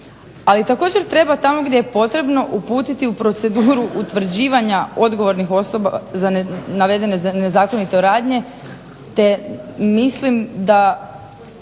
ali također treba tamo gdje je potrebno uputiti u proceduru utvrđivanja odgovornih osoba za navedene nezakonite radnje te mislim da